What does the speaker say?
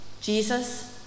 Jesus